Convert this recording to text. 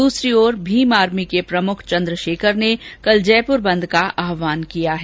दूसरी ओर भीम आर्मी के प्रमुख चंद्रषेखर ने कल जयपुर बंद का आहवान किया है